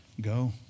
go